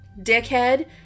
dickhead